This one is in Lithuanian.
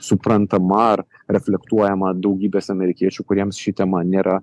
suprantama ar reflektuojama daugybės amerikiečių kuriems ši tema nėra